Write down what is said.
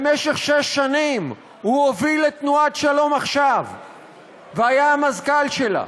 במשך שש שנים הוא הוביל את תנועת שלום עכשיו והיה המזכ"ל שלה.